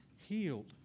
healed